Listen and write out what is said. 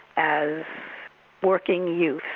as working youth,